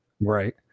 right